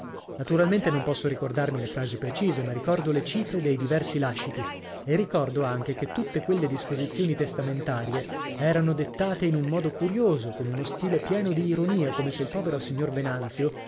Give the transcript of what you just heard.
naturalmente non posso ricordarmi le frasi precise ma ricordo le cifre dei diversi làsciti e ricordo anche che tutte quelle disposizioni testamentarie erano dettate in un modo curioso con uno stile pieno di ironia come se il povero signor venanzio